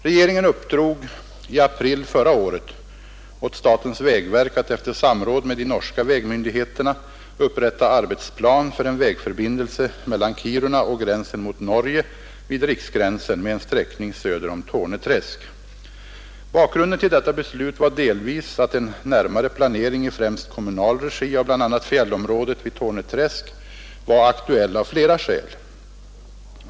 Regeringen uppdrog i april förra året åt statens vägverk att efter samråd med de norska vägmyndigheterna upprätta arbetsplan för en vägförbindelse mellan Kiruna och gränsen mot Norge vid Riksgränsen med en sträckning söder om Torneträsk. Bakgrunden till detta beslut var delvis att en närmare planering i främst kommunal regi av bl.a. fjällområdet vid Torneträsk var aktuell av flera skäl.